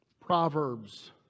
Proverbs